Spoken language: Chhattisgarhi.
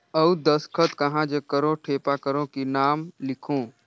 अउ दस्खत कहा जग करो ठेपा करो कि नाम लिखो?